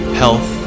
health